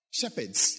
shepherds